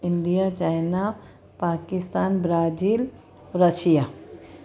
India China Pakistan Brazil Russia